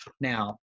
Now